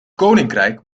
koninkrijk